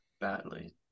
badly